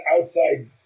outside